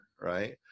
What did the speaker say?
right